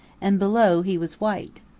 and below he was white.